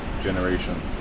generation